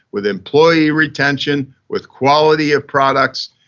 with employee retention, with quality of products.